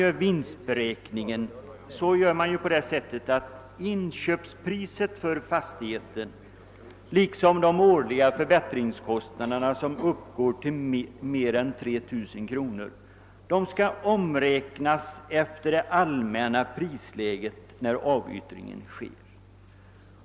Vid vinstberäkningen skall nämligen inköpspriset och de årliga förbättringskostnaderna — om dessa uppgår till minst 3 000 kronor — omräknas efter det allmänna prisläget när avyttringen sker.